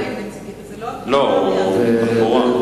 זה לא אקטואריה, זה תחבורה.